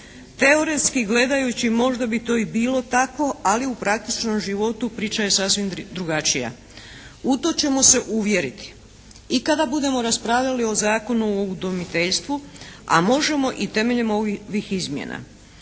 Teoretski gledajući možda bi to i bilo tako ali u praktičnom životu priča je sasvim drugačija. U to ćemo se uvjeriti. I kada budemo raspravljali o zakonu o udomiteljstvu a možemo i temeljem ovih izmjena.